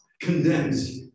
condemns